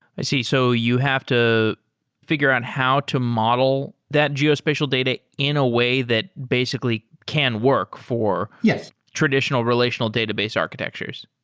i see. so you have to figure out how to model that geospatial data in a way that basically can work for traditional relational database architectures.